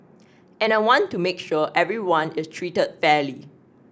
and I want to make sure everyone is treated fairly